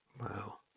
Wow